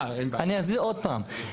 אני אסביר עוד פעם.